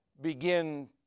begin